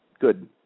Good